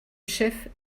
chef